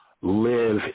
live